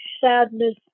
sadness